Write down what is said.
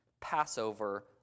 Passover